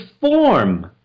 form